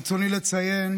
ברצוני לציין